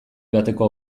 joateko